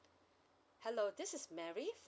hello this is mary